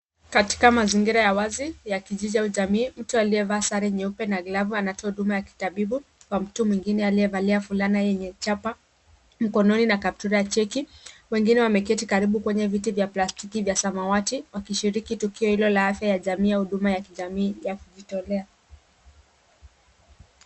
Katika mazingira ya wazi ya kijiji au jamii, mtu aliyevaa sare nyeupe na glavu anatoa huduma ya kitabibu kwa mtu mwingine aliyevalia fulana yenye chapa mkononi na kaptura cheki. Wengine wameketi karibu kwenye viti vya plastiki vya samawati wakishiriki tukio hilo la afya ya jamii au huduma ya kijamii ya kujitolea.